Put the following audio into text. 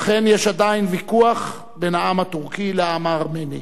אכן, יש עדיין ויכוח בין העם הטורקי לעם הארמני,